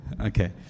Okay